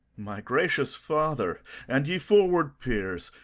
my gracious father and ye forward peers,